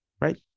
right